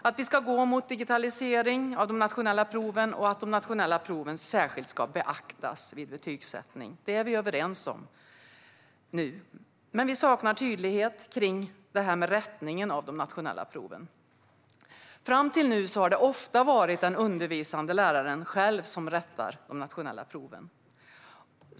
Att vi ska gå mot digitalisering av de nationella proven och att de nationella proven särskilt ska beaktas vid betygsättning är vi nu överens om, men Alliansen saknar tydlighet kring rättningen av de nationella proven. Fram till nu har det oftast varit den undervisande läraren själv som rättar de nationella proven.